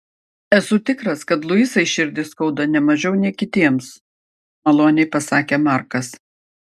esu tikras kad luisai širdį skauda ne mažiau nei kitiems maloniai pasakė markas